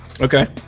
Okay